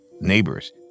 neighbors